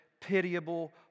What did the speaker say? pitiable